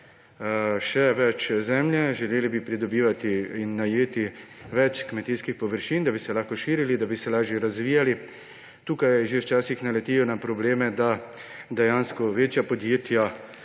še več zemlje, želeli bi pridobivati in najeti več kmetijskih površin, da bi se lahko širili, da bi se lažje razvijali. Tukaj včasih naletijo na probleme, da dejansko večja podjetja